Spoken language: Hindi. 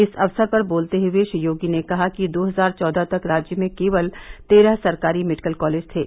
इस अवसर पर बोलते हुए श्री योगी ने कहा कि दो हजार चौदह तक राज्य में केवल तेरह सरकारी मेडिकल कॉलेज थे